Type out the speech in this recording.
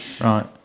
Right